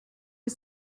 que